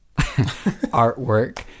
artwork